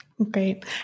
Great